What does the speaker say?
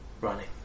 running